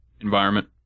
environment